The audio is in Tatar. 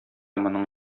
моның